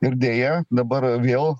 ir deja dabar vėl